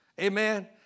Amen